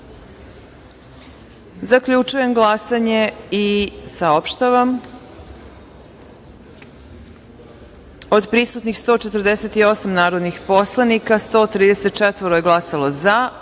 izjasne. Zaključujem glasanje i saopštavam: od prisutnih 148 narodnih poslanika, 145 je glasalo za,